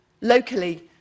Locally